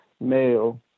male